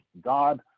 God